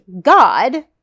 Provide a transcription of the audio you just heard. God